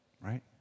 right